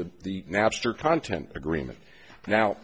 the the napster content agreement now